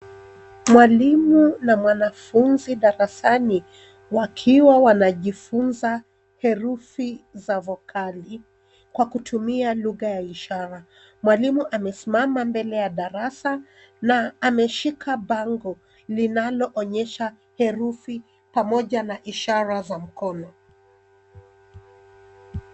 Mwalimu na mwanafunzi darasani wakiwa wanajifunza herufi za vokali, kwa kutumia lugha ya ishara. Mwalimu amesimama mbele ya darasa na ameshika bango, linalo onyesha herufi pamoja na ishara za mkono.